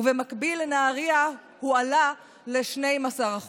ובמקביל בנהריה הועלה ל-12%.